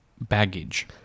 baggage